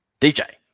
DJ